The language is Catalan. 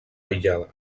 aïllada